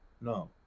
No